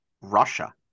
Russia